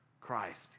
Christ